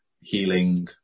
healing